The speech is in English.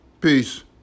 Peace